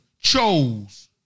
chose